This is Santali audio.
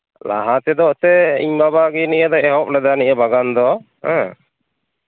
ᱞᱟᱦᱟ ᱛᱮᱫᱚ ᱦᱚᱛᱮᱜ ᱤᱧ ᱵᱟᱵᱟᱜᱮ ᱱᱤᱭᱟᱹ ᱫᱚᱭ ᱮᱦᱚᱵ ᱞᱮᱫᱟ ᱱᱤᱭᱟᱹ ᱵᱟᱜᱟᱱ ᱫᱚ ᱦᱮᱸ